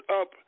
up